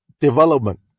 development